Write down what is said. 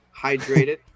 hydrated